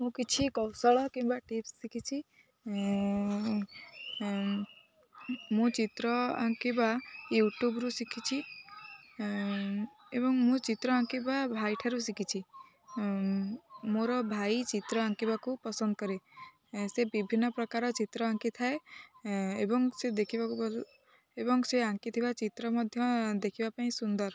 ମୁଁ କିଛି କୌଶଳ କିମ୍ବା ଟିପ୍ସ ଶିଖିଛି ମୁଁ ଚିତ୍ର ଆଙ୍କିବା ୟୁଟ୍ୟୁବରୁ ଶିଖିଛି ଏବଂ ମୁଁ ଚିତ୍ର ଆଙ୍କିବା ଭାଇଠାରୁ ଶିଖିଛି ମୋର ଭାଇ ଚିତ୍ର ଆଙ୍କିବାକୁ ପସନ୍ଦ କରେ ସେ ବିଭିନ୍ନ ପ୍ରକାର ଚିତ୍ର ଆଙ୍କିଥାଏ ଏବଂ ସେ ଦେଖିବାକୁ ଭ ଏବଂ ସେ ଆଙ୍କିଥିବା ଚିତ୍ର ମଧ୍ୟ ଦେଖିବା ପାଇଁ ସୁନ୍ଦର